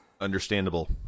understandable